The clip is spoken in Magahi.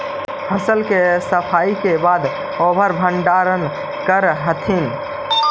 फसल के सफाई के बाद ओकर भण्डारण करऽ हथिन